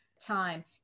time